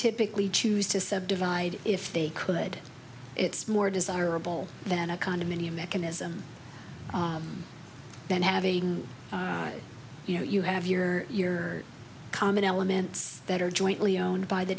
typically choose to sub divide if they could it's more desirable than a condominium mechanism than having you know you have your year common elements that are jointly owned by the